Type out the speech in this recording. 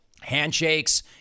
Handshakes